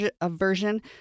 aversion